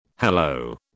hello